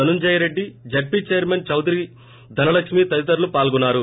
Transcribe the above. Dhananjaya Reddy ZC chairman Chowdary Dhanalakshmi తదితరులు పాల్గొన్నారు